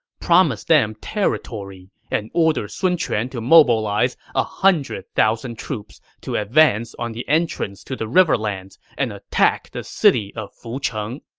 promise them territory and order sun quan to mobilize one ah hundred thousand troops to advance on the entrance to the riverlands and attack the city of fucheng.